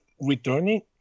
returning